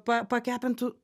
pa pakepintų